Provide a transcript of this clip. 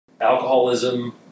alcoholism